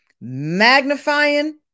magnifying